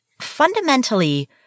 fundamentally